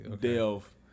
Delve